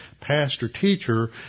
pastor-teacher